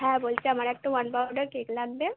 হ্যাঁ বলছি আমার একটা ওয়ান পাউণ্ডের কেক লাগবে